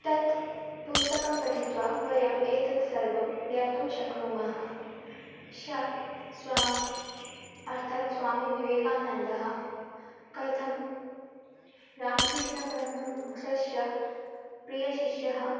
तत् पुस्तकं पठित्वा वयम् एतत् सर्वं ज्ञातुं शक्नुमः श स्वा अर्थात् स्वामीविवेकानन्दः कथं रामकृष्णपरमहंसस्य प्रियशिष्यः